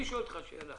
אני שואל אותך שאלה